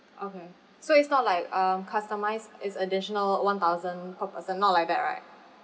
okay so it's not like um customised it's additional one thousand per person not like that right